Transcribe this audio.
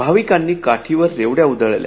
भाविकांनी काठीवर रेवड्या उधळल्या